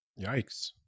Yikes